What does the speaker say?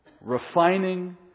Refining